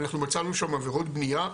אנחנו מצאנו שם עבירות בנייה,